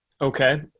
Okay